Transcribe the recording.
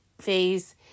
Phase